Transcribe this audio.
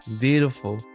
beautiful